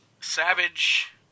Savage